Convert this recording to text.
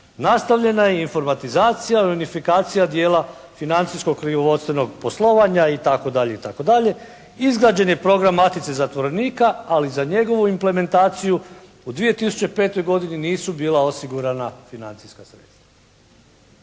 Nastavljena je informatizacija i unifikacija djela financijskog knjigovodstvenog poslova itd., itd., izgrađen je program matice zatvorenika, ali za njegovu implementaciju u 2005. godini nisu bila osigurana financijska sredstva.